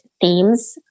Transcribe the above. themes